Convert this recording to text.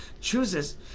chooses